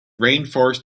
rainforest